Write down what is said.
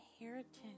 inheritance